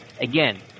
Again